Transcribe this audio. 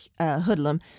hoodlum